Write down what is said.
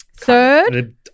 Third